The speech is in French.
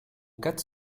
quatre